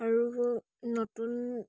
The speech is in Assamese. আৰু নতুন